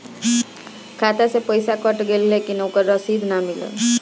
खाता से पइसा कट गेलऽ लेकिन ओकर रशिद न मिलल?